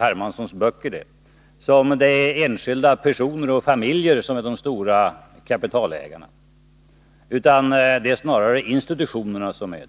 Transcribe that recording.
Hermanssons böcker — enskilda personer och familjer som är de stora kapitalägarna, utan de är snarare instutitionerna som är